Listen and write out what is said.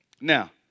Now